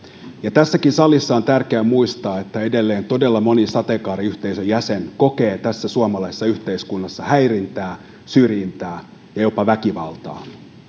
tässäkin salissa on tärkeää muistaa että edelleen todella moni sateenkaariyhteisön jäsen kokee tässä suomalaisessa yhteiskunnassa häirintää syrjintää ja jopa väkivaltaa